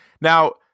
Now